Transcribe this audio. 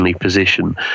position